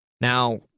Now